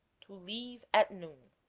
to leave at noon.